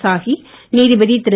சாஹி நீதிபதி திரு